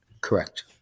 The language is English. Correct